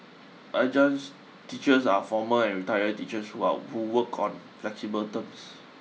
adjuncts teachers are former and retired teachers who are who work on flexible terms